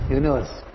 universe